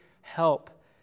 help